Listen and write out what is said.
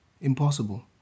Impossible